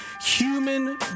human